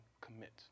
commit